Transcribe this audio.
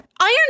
Iron